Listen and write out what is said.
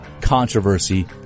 controversy